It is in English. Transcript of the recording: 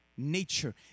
nature